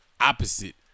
opposite